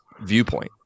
viewpoint